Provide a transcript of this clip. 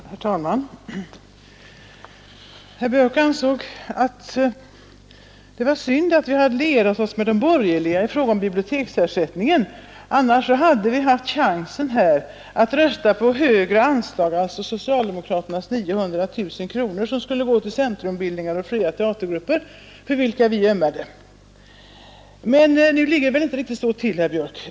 Herr talman! Herr Björk i Göteborg ansåg att det var synd att vi lierat oss med de borgerliga i fråga om biblioteksersättningen. Annars hade vi haft chansen att rösta på högre anslag — alltså på socialdemokraternas 900 000 kronor som skulle gå till centrumbildningar och fria teatergrupper, för vilka vi ömmade. — Nu ligger det väl inte till riktigt så, herr Björk!